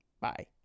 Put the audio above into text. bye